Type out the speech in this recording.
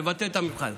לבטל את המבחן,